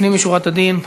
לפנים משורת הדין,